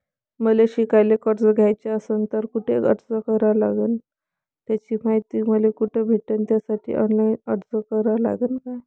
मले शिकायले कर्ज घ्याच असन तर कुठ अर्ज करा लागन त्याची मायती मले कुठी भेटन त्यासाठी ऑनलाईन अर्ज करा लागन का?